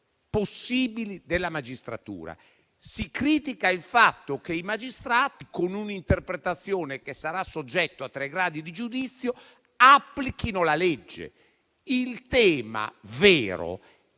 possibili) della magistratura? Si critica il fatto che i magistrati, con un'interpretazione che sarà soggetta a tre gradi di giudizio, applichino la legge. Il tema vero